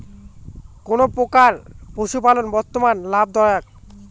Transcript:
কোন প্রকার পশুপালন বর্তমান লাভ দায়ক?